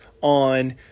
on